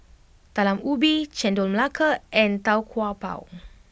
Talam Ubi Chendol Melaka and Tau Kwa Pau